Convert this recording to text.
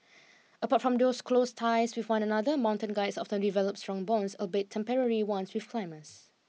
apart from those close ties with one another mountain guides often develop strong bonds albeit temporary ones with climbers